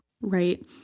right